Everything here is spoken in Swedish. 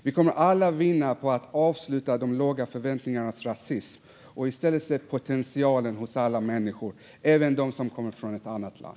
Vi kommer alla att vinna på att avsluta de låga förväntningarnas rasism och i stället se potentialen hos alla människor, även dem som kommer från ett annat land.